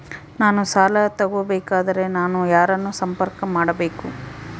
ನಾನು ಸಾಲ ತಗೋಬೇಕಾದರೆ ನಾನು ಯಾರನ್ನು ಸಂಪರ್ಕ ಮಾಡಬೇಕು?